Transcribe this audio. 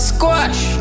Squash